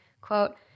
quote